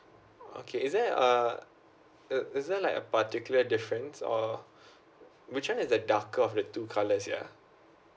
okay is there uh is is there like a particular difference or which [one] is the darker of the two colors ya